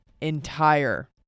entire